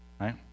right